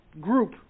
group